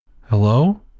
Hello